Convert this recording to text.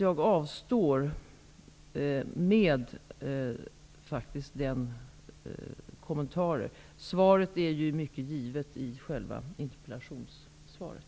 Jag avstår från fler kommentarer. Svaret är givet i själva interpellationssvaret.